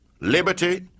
liberty